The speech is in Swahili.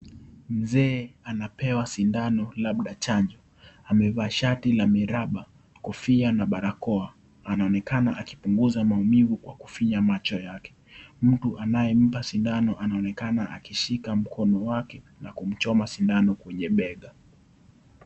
Mzee anapewa sindano labda chanjo, amevaa shati la miraba, kofia na barakoa, anaonekana akipunguza maumivu kwa kufinya macho yake. Mtu anayempa sindano anaonekana akishika mkono wake na kumchoma sindano kwenye bega.